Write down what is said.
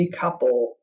decouple